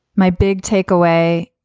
my big takeaway,